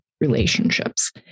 relationships